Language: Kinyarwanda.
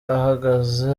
ahagaze